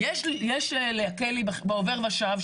יש לעקל לי בעובר ושב,